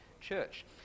church